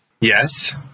Yes